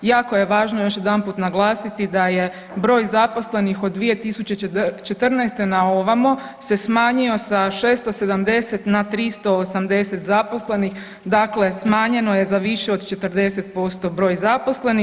Jako je važno još jedanput naglasiti da je broj zaposlenih od 2014. na ovamo se smanjio sa 670 na 380 zaposlenih, dakle smanjeno je za više od 40% broj zaposlenih.